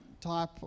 type